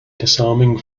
disarming